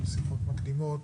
בשיחות מקדימות,